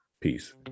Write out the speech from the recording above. peace